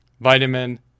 vitamin